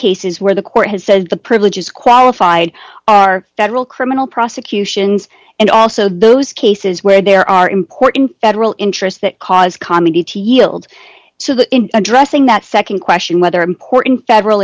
cases where the court has said the privileges qualified are federal criminal prosecutions and also those cases where there are important federal interest that cause comedy to yield so that in addressing that nd question whether important federal